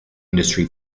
industry